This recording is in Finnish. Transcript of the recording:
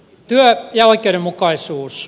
työ ja oikeudenmukaisuus